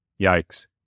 Yikes